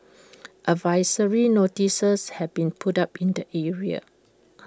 advisory notices have been put up in the area